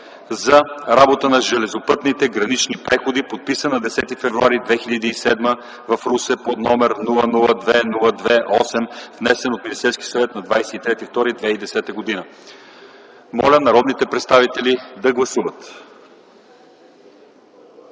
за работата на железопътните гранични преходи, подписана на 9 февруари 2007 г. в Русе, № 002-02-8, внесен от Министерския съвет на 23.02.2010 г. Моля народните представители да гласуват.